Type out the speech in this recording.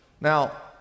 Now